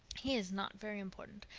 he is not very important,